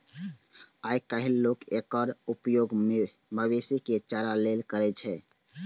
आइकाल्हि लोग एकर उपयोग मवेशी के चारा लेल करै छै